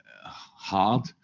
hard